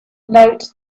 note